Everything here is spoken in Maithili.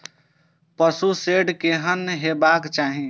पशु शेड केहन हेबाक चाही?